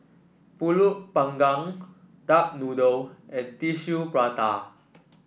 pulut panggang Duck Noodle and Tissue Prata